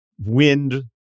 Wind